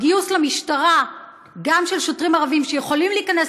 בגיוס למשטרה של שוטרים ערבים שיכולים להיכנס